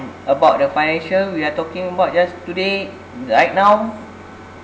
about the financial we are talking about just today right now